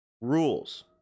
rules